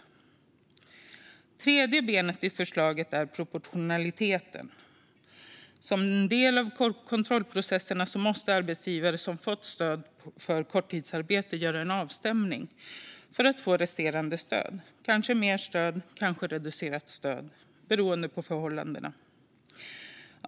Det tredje benet i förslaget är proportionaliteten. Som en del av kontrollprocesserna måste arbetsgivare som fått stöd för korttidsarbete göra en avstämning för att få resterande stöd - kanske mer stöd eller kanske reducerat stöd, beroende på förhållandena.